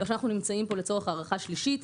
ועכשיו אנחנו נמצאים פה לצורך הארכה שלישית,